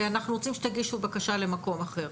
אנחנו רוצים שתגישו בקשה למקום אחר.